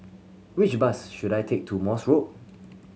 which bus should I take to Morse Road